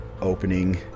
opening